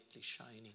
shining